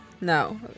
no